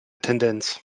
tendenz